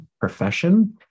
profession